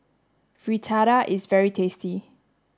Fritada is very tasty